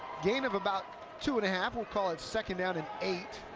gain of about two and a half, we'll call it second down and eight.